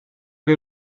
che